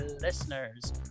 listeners